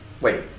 Wait